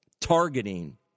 targeting